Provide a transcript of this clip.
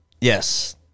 Yes